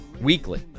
weekly